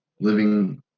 living